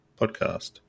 podcast